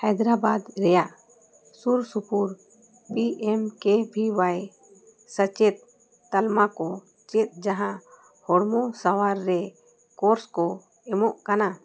ᱦᱟᱭᱫᱨᱟᱵᱟᱫᱽ ᱨᱮᱭᱟᱜ ᱥᱩᱨᱼᱥᱩᱯᱩᱨ P M ᱠᱮ ᱵᱷᱤ ᱚᱣᱟᱭ ᱥᱮᱪᱮᱫ ᱛᱟᱞᱢᱟ ᱠᱚ ᱪᱮᱫ ᱡᱟᱦᱟᱸ ᱦᱚᱲᱢᱚ ᱥᱟᱶᱟᱨ ᱨᱮ ᱠᱳᱨᱥ ᱠᱚ ᱮᱢᱚᱜ ᱠᱟᱱᱟ